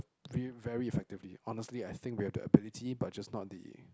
real very effectively honestly I think we have ability but just not the